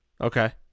Okay